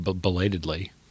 belatedly